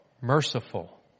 merciful